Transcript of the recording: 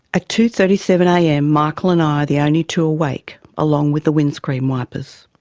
ah two. thirty seven am michael and i are the only two awake along with the windscreen wipers.